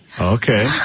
Okay